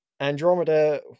andromeda